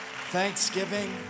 Thanksgiving